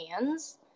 hands